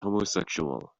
homosexual